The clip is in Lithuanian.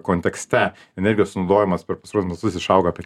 kontekste energijos sunaudojimas per pastaruosius metus išaugo apie